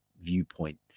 viewpoint